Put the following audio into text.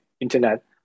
internet